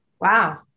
wow